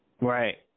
Right